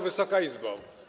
Wysoka Izbo!